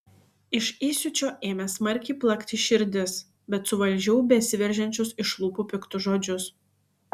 iš įsiūčio ėmė smarkiai plakti širdis bet suvaldžiau besiveržiančius iš lūpų piktus žodžius